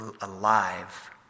alive